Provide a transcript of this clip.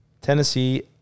Tennessee